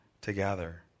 together